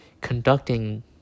conducting